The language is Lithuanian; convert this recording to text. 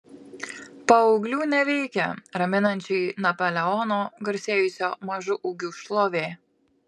paauglių neveikia raminančiai napoleono garsėjusio mažu ūgiu šlovė